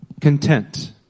content